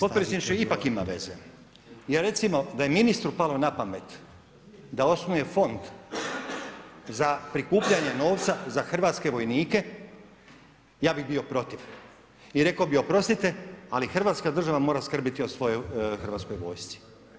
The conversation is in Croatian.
Potpredsjedniče ipak ima veze jer recimo da je ministru palo na pamet da osnuje fond za prikupljanje novca za hrvatske vojnike, ja bih bio protiv i rekao bih oprostite, ali Hrvatska država mora skrbiti o svojoj hrvatskoj vojsci.